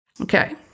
okay